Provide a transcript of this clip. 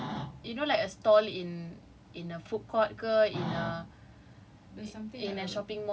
but it's a a like you know like stall in in a food court ke in a